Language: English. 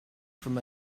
from